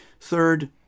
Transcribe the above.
Third